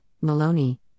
Maloney